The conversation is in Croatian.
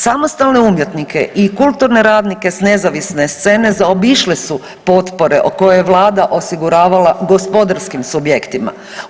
Samostalne umjetnike i kulturne radnike s nezavisne scene zaobišle su potpore koje je Vlada osiguravala gospodarskim subjektima.